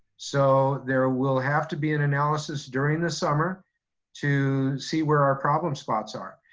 so, there will have to be an analysis during the summer to see where our problem spots are.